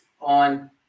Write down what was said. on